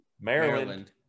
Maryland